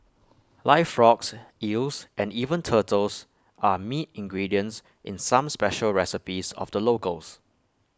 live frogs eels and even turtles are meat ingredients in some special recipes of the locals